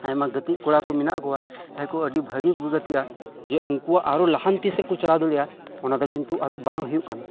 ᱟᱭᱢᱟ ᱜᱟᱛᱮ ᱠᱚᱲᱟ ᱠᱚ ᱢᱮᱱᱟᱜ ᱠᱚᱣᱟ ᱡᱟᱦᱟᱸᱭ ᱠᱚ ᱟᱰᱤ ᱵᱷᱟᱜᱮ ᱠᱚ ᱜᱟᱛᱮᱜᱼᱟ ᱡᱮ ᱩᱝᱠᱩ ᱟᱨᱦᱚᱸ ᱞᱟᱦᱟᱱᱛᱤ ᱥᱮᱫ ᱠᱚ ᱪᱟᱞᱟᱣ ᱫᱟᱲᱮᱭᱟᱜᱼᱟ ᱚᱱᱟ ᱫᱚ ᱠᱤᱱᱛᱩ ᱟᱫᱚ ᱵᱟᱝ ᱦᱳᱭᱳᱜ ᱠᱟᱱᱟ